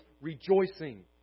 rejoicing